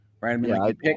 right